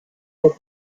were